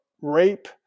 rape